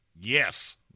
Yes